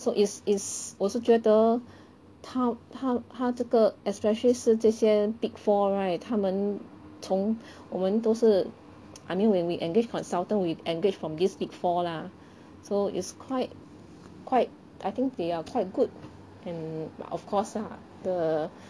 so it's it's 我是觉得他他他这个 especially 是这些 big four right 他们从我们都是 I mean when we engage consultant we engaged from this big four lah so is quite quite I think they are quite good and of course lah the